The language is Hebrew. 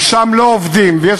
ולא עובדים שם,